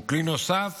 והוא כלי נוסף